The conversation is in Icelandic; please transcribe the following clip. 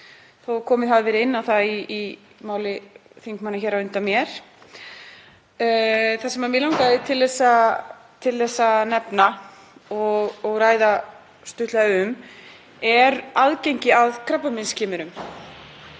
þótt komið hafi verið inn á það í máli þingmanna hér á undan mér. Það sem mig langaði til þess að ræða stuttlega er aðgengi að krabbameinsskimunum.